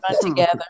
together